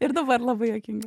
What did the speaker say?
ir dabar labai juokinga